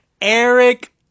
Eric